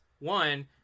One